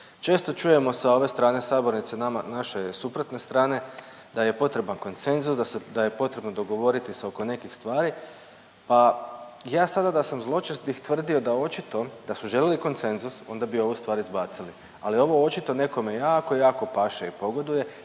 Često čujemo sa ove strane sabornice, nama, naše suprotne strane da je potreban konsenzus, da je potrebno dogovoriti se oko nekih stvari pa ja sada da sam zločest bih tvrdio da očito da su želili konsenzus onda bi ovu stvar izbacili ali ovo očito nekome jako, jako paše i pogoduje